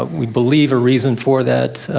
ah we believe a reason for that,